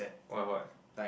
what what